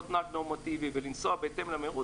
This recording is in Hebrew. להיות נהג נורמטיבי ולנסוע בהתאם למהירות